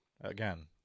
Again